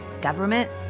government